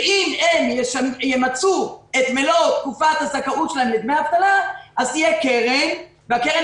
ואם הם ימצו את מלוא תקופת הזכאות שלהם לדמי אבטלה אז תהיה קרן והקרן